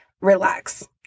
relax